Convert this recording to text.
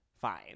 Fine